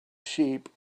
sheep